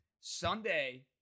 Sunday